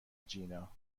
جینا